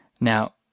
Now